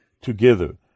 together